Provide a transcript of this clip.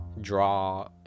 draw